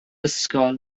ysgol